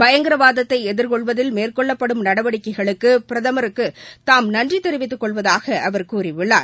பயங்கரவாதத்தை எதிர்கொள்வதில் மேற்கொள்ளப்படும் நடவடிக்கைகளுக்கு பிரதமருக்கு தாம் நன்றி தெரிவித்துக் கொள்வதாக கூறியுள்ளார்